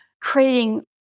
creating